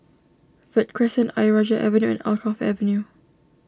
Verde Crescent Ayer Rajah Avenue and Alkaff Avenue